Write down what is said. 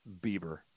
Bieber